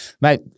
mate